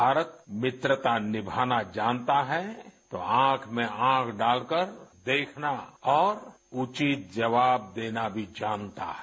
भारत मित्रता निभाना जानता है तो आँख में आँख डालकर देखना और उचित जवाब देना भी जानता है